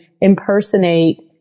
impersonate